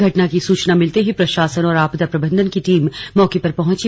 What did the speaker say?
घटना की सूचना मिलते ही प्रशासन और आपदा प्रबंधन की टीम मौके पर पहुंची